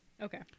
Okay